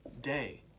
day